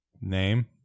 name